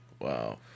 Wow